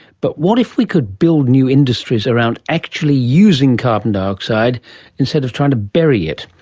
but what if we could build new industries around actually using carbon dioxide instead of trying to bury it?